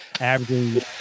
averaging